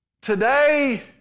today